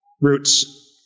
Roots